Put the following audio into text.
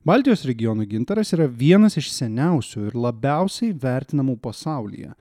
baltijos regiono gintaras yra vienas iš seniausių ir labiausiai vertinamų pasaulyje